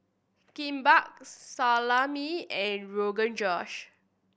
Kimbap Salami and Rogan Josh